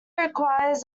requires